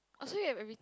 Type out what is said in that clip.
oh so you have every